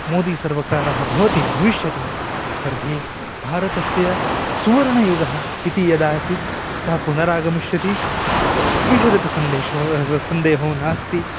मोदीसर्वकारः भवति भविष्यति तर्हि भारतस्य सुवर्णयुगः इति यद् आसीत् सः पुनरागमिष्यति तत्र ईषदपि सन्देहो सन्देहो नास्ति